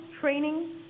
training